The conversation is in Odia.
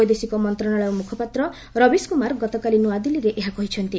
ବୈଦେଶିକ ମନ୍ତ୍ରଣାଳୟ ମୁଖପାତ୍ର ରବିଶ କୁମାର ଗତକାଲି ନ୍ତଆଦିଲ୍ଲୀରେ ଏହା କହିଛନ୍ତି